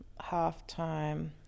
Halftime